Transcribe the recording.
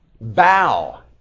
Bow